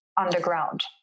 underground